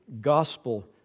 gospel